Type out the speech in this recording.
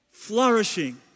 Flourishing